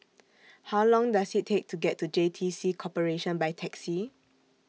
How Long Does IT Take to get to J T C Corporation By Taxi